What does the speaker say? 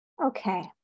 Okay